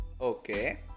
Okay